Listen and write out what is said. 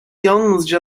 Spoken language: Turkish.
yalnızca